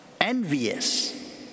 envious